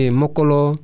mokolo